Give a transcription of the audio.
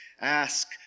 Ask